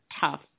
tough